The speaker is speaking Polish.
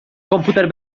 komputer